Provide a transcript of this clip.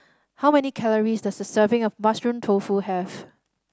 how many calories does a serving of Mushroom Tofu have